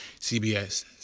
CBS